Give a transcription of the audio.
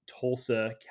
Tulsa